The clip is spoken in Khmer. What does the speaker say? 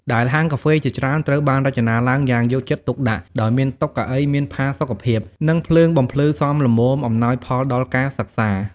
ដែលហាងកាហ្វេជាច្រើនត្រូវបានរចនាឡើងយ៉ាងយកចិត្តទុកដាក់ ដោយមានតុ កៅអីមានផាសុកភាព និងភ្លើងបំភ្លឺសមល្មមអំណោយផលដល់ការសិក្សា។